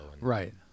right